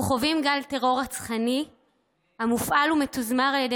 אנחנו חווים גל טרור רצחני המופעל ומתוזמר על ידי